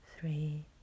three